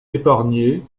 épargné